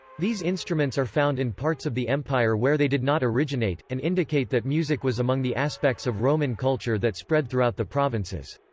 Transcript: these instruments are found in parts of the empire where they did not originate, and indicate that music was among the aspects of roman culture that spread throughout the provinces.